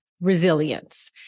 resilience